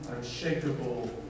unshakable